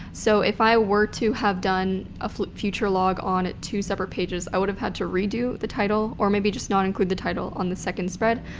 so if i were to have done a flip future log on two separate pages, i would have had to redo the title or maybe just not include the title on the second spread.